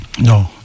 no